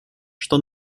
что